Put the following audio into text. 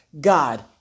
God